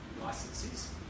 licenses